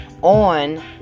on